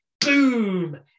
boom